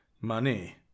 Money